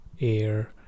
air